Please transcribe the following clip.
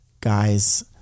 Guys